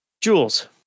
Jules